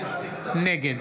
נגד